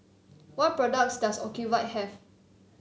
what products does Ocuvite have